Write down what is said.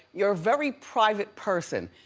you're a very private person.